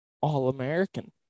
All-American